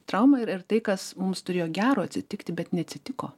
trauma yra ir tai kas mums turėjo gero atsitikti bet neatsitiko